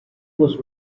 was